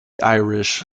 irish